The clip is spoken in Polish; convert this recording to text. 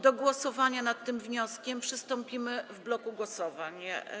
Do głosowania nad tym wnioskiem przystąpimy w bloku głosowań.